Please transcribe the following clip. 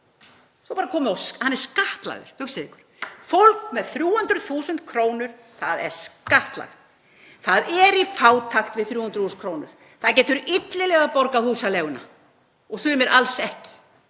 er bara komið og hann er skattlagður. Hugsið ykkur, fólk með 300.000 kr. er skattlagt. Það er í fátækt við 300.000 kr. Það getur illa borgað húsaleiguna og sumir alls ekki